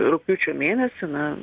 rugpjūčio mėnesį na